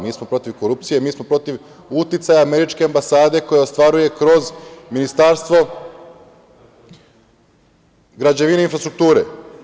Mi smo protiv korupcije i mi smo protiv uticaja američke ambasade koja ostvaruje kroz Ministarstvo građevine i infrastrukture.